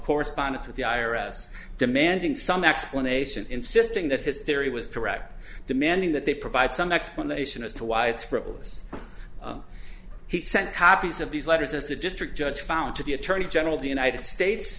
correspondence with the i r s demanding some explanation insisting that his theory was correct demanding that they provide some explanation as to why it's frivolous he sent copies of these letters as the district judge found to the attorney general of the united states